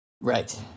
right